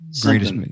greatest